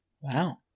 Wow